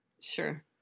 Sure